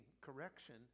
correction